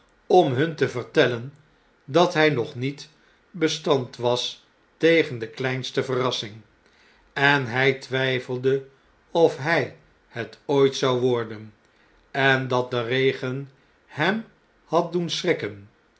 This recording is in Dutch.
om hun te vertellen dat hy nog niet bestand was tegen de kleinste verrassing en hy twyfelde of hij het ooit zou worden en dat de regen hem had doen schrikken